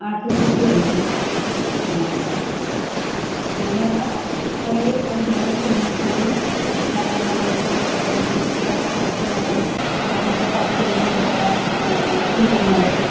ആട്ട് soup കഴിക്കും ഇങ്ങനെ ഉള്ള കുറെ വൈദ്യങ്ങള് പിന്നെ കുളി നല്ലെണ്ണ തേച്ച് കുളിക്കുക കുറച്ചു നേരം അതിൻ്റെ പഥ്യങ്ങള് എടുക്കുക തിരുമ്മല്